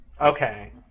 Okay